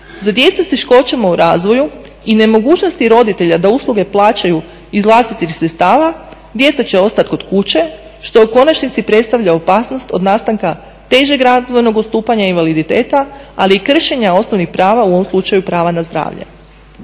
za djecu s teškoćama u razvoju i nemogućnosti roditelja da usluge plaćaju iz vlastitih sredstava djeca će ostati kod kuće što u konačnici predstavlja opasnost od nastanka težeg razvojnog odstupanja invaliditeta ali i kršenja osnovnih prava, u ovom slučaju prava na zdravlje.